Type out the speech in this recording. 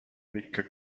victor